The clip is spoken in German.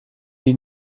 die